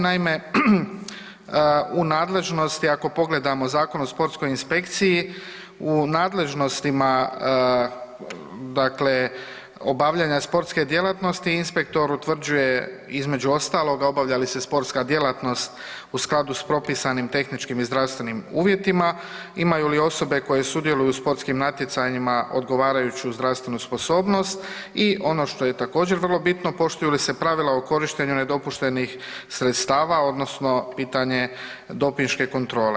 Naime, u nadležnosti ako pogledamo Zakon o sportskoj inspekciji, u nadležnosti dakle obavljanja sportske djelatnosti inspektor utvrđuje između ostaloga obavlja li se sportska djelatnost u skladu s propisanim tehničkim i zdravstvenim uvjetima, imaju li osobe koje sudjeluju u sportskim natjecanjima odgovarajuću zdravstvenu sposobnost i ono što je također vrlo bitno poštuju li se pravila o korištenju nedopuštenih sredstava odnosno pitanje dopinške kontrole.